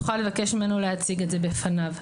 יוכל לבקש ממנו להציג את זה בפניו.